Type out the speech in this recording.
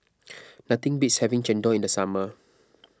nothing beats having Chendol in the summer